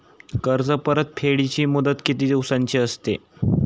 कर्ज परतफेडीची मुदत किती दिवसांची असते?